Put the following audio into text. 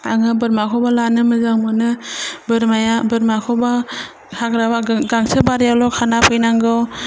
आङो बोरमाखौबो लानो मोजां मोनो बोरमाखौबो हाग्रा बा गांसो बारियावल' खाना फैनांगौ